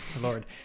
Lord